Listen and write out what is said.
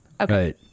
Okay